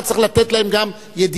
אתה צריך לתת להם גם ידיעה,